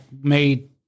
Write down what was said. made